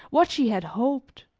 what she had hoped,